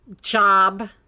job